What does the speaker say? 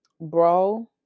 bro